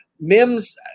mims